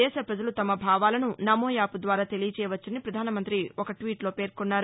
దేశ ప్రజలు తమ భావాలను నమో యాప్ ద్వారా తెలియచేయవచ్చని పధాన మంత్రి ఒక ట్వీట్లో పేర్కొన్నారు